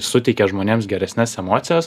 suteikia žmonėms geresnes emocijas